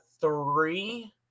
three